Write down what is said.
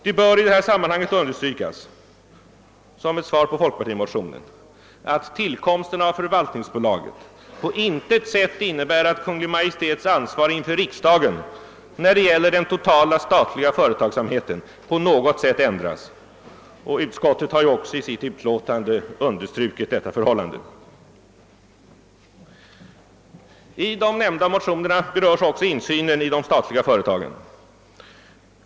Det bör i detta sammanhang understrykas, som ett svar på folkpartimotionen, att tillkomsten av förvaltningsbolaget på intet sätt innebär att Kungl. Maj:ts ansvar inför riksdagen när det gäller den totala statliga företagsamheten på något sätt ändras. Utskottet har ju också i sitt utlåtande understrukit det nämnda förhållandet. I de nämnda motionerna berörs också insynen i de statliga företagen.